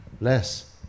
Less